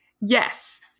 Yes